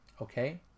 okay